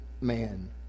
man